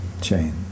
chain